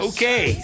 Okay